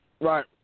Right